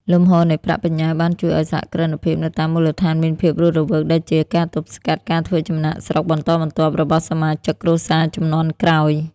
លំហូរនៃប្រាក់បញ្ញើបានជួយឱ្យសហគ្រិនភាពនៅតាមមូលដ្ឋានមានភាពរស់រវើក ដែលជាការទប់ស្កាត់ការធ្វើចំណាកស្រុកបន្តបន្ទាប់របស់សមាជិកគ្រួសារជំនាន់ក្រោយ។